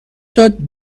داد